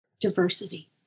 diversity